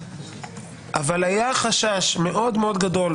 אבל היה חשש מאוד מאוד גדול,